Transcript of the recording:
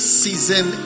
season